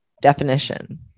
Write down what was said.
definition